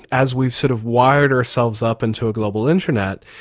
as we've sort of wired ourselves up into a global internet,